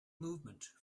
movement